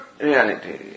reality